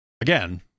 again